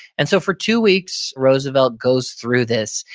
and so for two weeks, roosevelt goes through this,